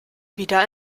wieder